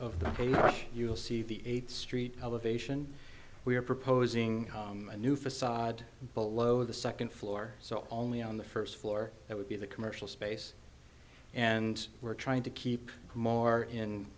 of the here you'll see the eighth street elevation we are proposing a new facade below the second floor so only on the first floor that would be the commercial space and we're trying to keep more